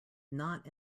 not